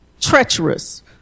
treacherous